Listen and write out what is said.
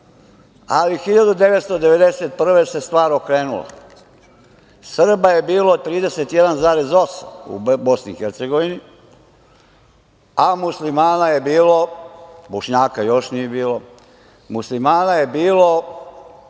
1991. se stvar okrenula, Srba je bilo 31,8% u BiH, a muslimana je bilo, bošnjaka još nije bilo, muslimana je bilo